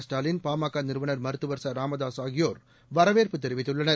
ஸ்டாலின் பாமக நிறுவனர் மருத்துவர் சராமதாசு ஆகியோர் வரவேற்பு தெரிவித்துள்ளனர்